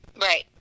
Right